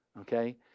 Okay